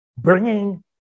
Bringing